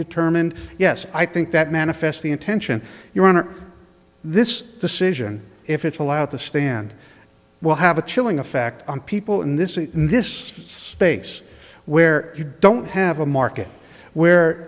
determined yes i think that manifest the intention your honor this decision if it's allowed to stand will have a chilling effect on people in this in this space where you don't have a market where